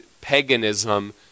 paganism